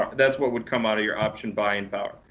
ah that's what would come out of your option buy in power.